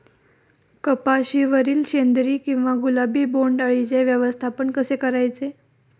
कपाशिवरील शेंदरी किंवा गुलाबी बोंडअळीचे व्यवस्थापन कसे करायचे?